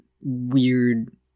weird